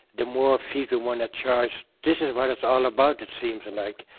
the more fees we want to charge. this is what it's all about, it seems and like.